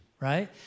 right